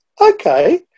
okay